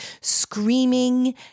screaming